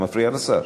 את מפריעה לשר.